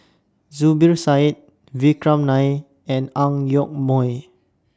Zubir Said Vikram Nair and Ang Yoke Mooi